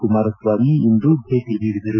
ಕುಮಾರಸ್ವಾಮಿ ಇಂದು ಭೇಟಿ ನೀಡಿದರು